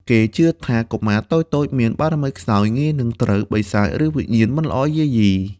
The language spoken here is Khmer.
គេជឿថា កុមារតូចៗមានបារមីខ្សោយ ងាយនឹងត្រូវបិសាច ឬវិញ្ញាណមិនល្អយាយី។